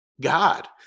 God